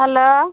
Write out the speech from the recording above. hello